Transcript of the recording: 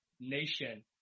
nation